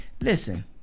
listen